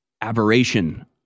aberration